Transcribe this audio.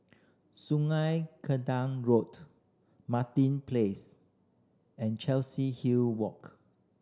Sungei Road Martin Place and Hill Walk